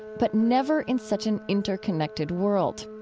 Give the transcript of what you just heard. but never in such an interconnected world.